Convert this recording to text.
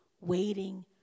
waiting